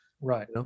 Right